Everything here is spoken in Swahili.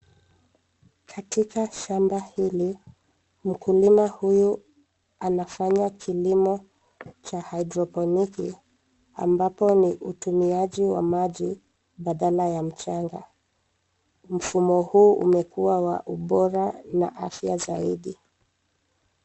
Katika shamba hili, mkulima huyu anafanya kilimo cha hydroponiki, ambapo ni utumiaji wa maji badala ya mchanga. Mfumo huu umekua wa ubora na afya zaidi.